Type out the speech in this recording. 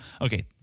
okay